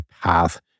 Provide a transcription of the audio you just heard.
path